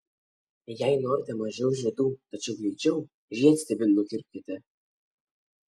jei norite mažiau žiedų tačiau greičiau žiedstiebį nukirpkite